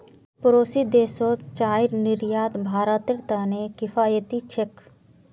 पड़ोसी देशत चाईर निर्यात भारतेर त न किफायती छेक